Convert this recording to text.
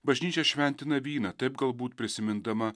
bažnyčia šventina vyną taip galbūt prisimindama